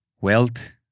Wealth